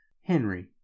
Henry